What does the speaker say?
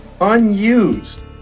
unused